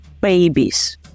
babies